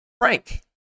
Frank